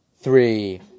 three